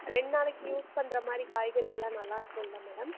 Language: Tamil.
ரெண்டு நாளைக்கு யூஸ் பண்ணுற மாதிரி காய்கறி எல்லாம் நல்லா இருக்குமில மேடம்